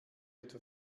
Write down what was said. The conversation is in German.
etwa